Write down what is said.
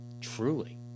truly